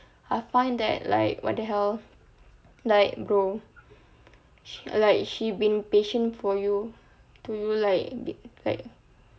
I find that like what the hell like bro like she been patient for you do you like like